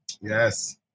Yes